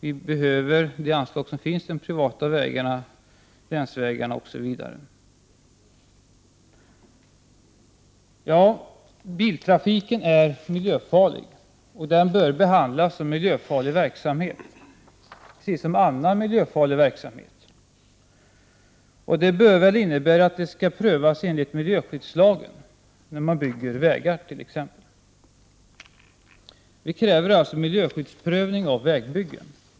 Vi behöver de anslag som finns till de privata vägarna, länsvägarna OSV. Biltrafiken är miljöfarlig, och den bör behandlas som miljöfarlig verksamhet precis som annan miljöfarlig verksamhet. Det bör väl innebära att det skall bli en prövning enligt miljöskyddslagen när man t.ex. bygger vägar. Vi kräver alltså miljöskyddsprövning av vägbyggen.